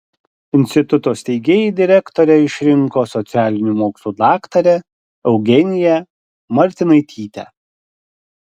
instituto steigėjai direktore išrinko socialinių mokslų daktarę eugeniją martinaitytę